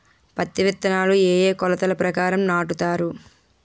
పత్తి విత్తనాలు ఏ ఏ కొలతల ప్రకారం నాటుతారు?